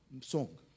song